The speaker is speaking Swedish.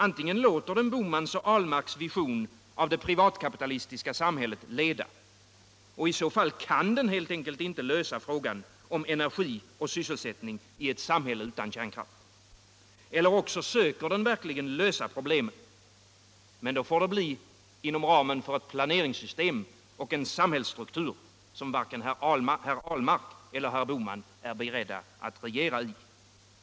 Antingen låter den herrar Bohmans och Ahlmarks vision av det privatkapitalistiska samhätllet leda — och i så fall kan den helt enkelt inte lösa frågan om energi och sysselsättning i ett samhälle utan kärnkraft. Eller också söker den verkligen lösa problemen - men då får det bli inom ramen för ett planeringssystem och en samhällsstruktur som varken herr Ahlmark eller herr Bohman är beredd att regera i.